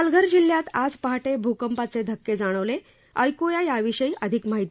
पालघर जिल्ह्यात आज पहाटे भूकंपाचे धक्के जाणवले ऐकूया याविषयी अधिक माहिती